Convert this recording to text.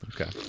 Okay